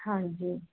ਹਾਂਜੀ